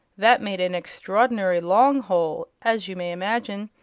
that made an extraordinary long hole, as you may imagine,